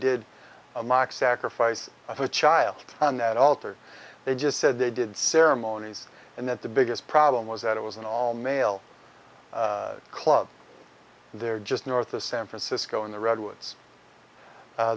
did a mock sacrifice of a child and that alter they just said they did ceremonies and that the biggest problem was that it was an all male club and there just north of san francisco in the redwoods